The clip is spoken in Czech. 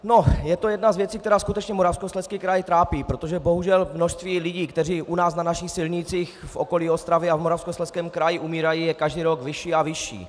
No, je to jedna z věcí, která skutečně Moravskoslezský kraj trápí, protože bohužel množství lidí, kteří u nás na našich silnicích v okolí Ostravy a v Moravskoslezském kraji umírají, je každý rok vyšší a vyšší.